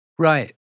Right